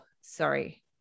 sorry